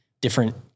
different